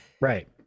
right